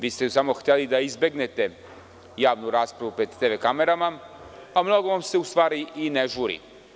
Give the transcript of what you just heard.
Vi ste samo hteli da izbegnete javnu raspravu pred TV kamerama, a u stvari vam se mnogo i ne žuri.